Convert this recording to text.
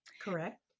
Correct